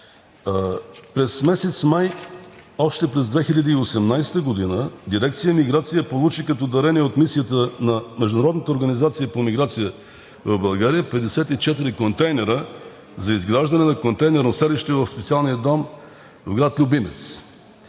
През месец май още през 2018 г. Дирекция „Миграция“ получи като дарение от мисията на Международната организация по миграция в България 54 контейнера за изграждане на контейнерно селище в специалния дом в град Любимец.